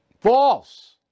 false